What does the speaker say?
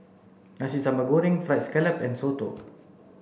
Nasi Sambal Goreng fried scallop and Soto